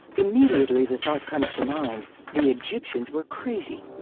immediately, the thought comes to mind the egyptians were crazy.